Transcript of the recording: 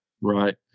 Right